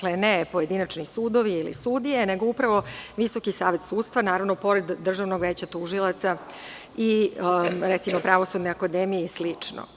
Znači, ne pojedinačni sudovi ili sudije, nego upravo Visoki savet sudstva, pored Državnog veća tužilaca, Pravosudne akademije i slično.